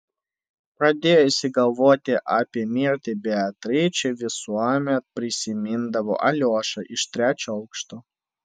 pradėjusi galvoti apie mirtį beatričė visuomet prisimindavo aliošą iš trečio aukšto